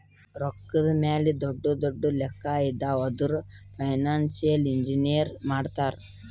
ರೊಕ್ಕಾದ್ ಮ್ಯಾಲ ದೊಡ್ಡು ದೊಡ್ಡು ಲೆಕ್ಕಾ ಇದ್ದಿವ್ ಅಂದುರ್ ಫೈನಾನ್ಸಿಯಲ್ ಇಂಜಿನಿಯರೇ ಮಾಡ್ತಾರ್